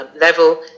level